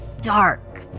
Dark